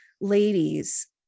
ladies